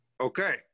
Okay